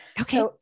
Okay